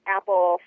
Apple